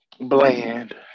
Bland